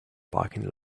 parking